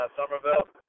Somerville